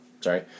Sorry